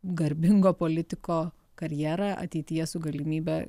garbingo politiko karjerą ateityje su galimybe